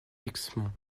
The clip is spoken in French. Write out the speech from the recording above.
dixmont